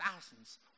thousands